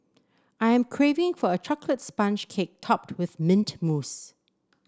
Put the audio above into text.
I am craving for a chocolate sponge cake topped with mint mousse